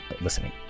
listening